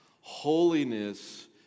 Holiness